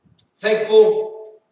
Thankful